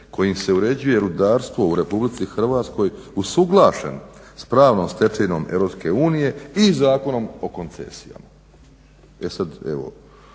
kojim se uređuje rudarstvo u RH usuglašen s pravnom stečevinom EU i Zakonom o koncesijama.